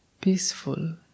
peaceful